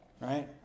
Right